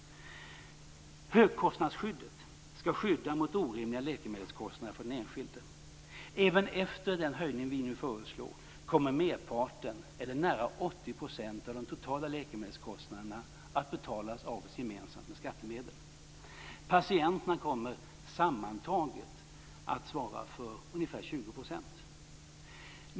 Högkostnadsskyddet skall skydda mot orimliga läkemedelskostnader för den enskilde. Även efter den höjning vi nu föreslår kommer merparten, eller nära 80 %, av de totala läkemedelskostnaderna att betalas av oss gemensamt med skattemedel. Patienterna kommer sammantaget att svara för ungefär 20 %.